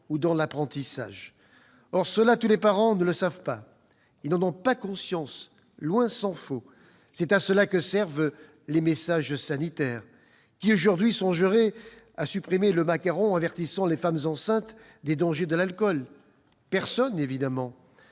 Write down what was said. ou d'apprentissage. Or, cela, tous les parents ne le savent pas. Ils n'en ont pas conscience, tant s'en faut. C'est à cela que servent les messages sanitaires. Qui, aujourd'hui, songerait à supprimer le macaron avertissant les femmes enceintes des dangers de l'alcool ? Personne, évidemment